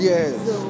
Yes